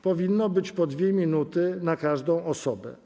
Powinny być po 2 minuty na każdą osobę.